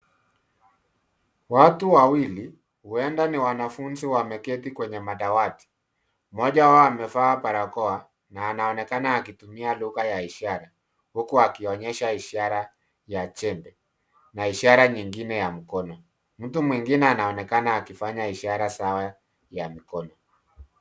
Watu Wawili huenda ni wanafunzi wameketi kwenye madawati. Mmoja wao amevaa barakoa na anaonekana akitumia lugha ya ishara huku akionyesha ishara ya jembe na ishara nyingine ya mkono. Mtu mwingine anaonekana akifanya ishara sawa ya mkono.